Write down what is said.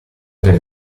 per